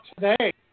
today